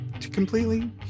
completely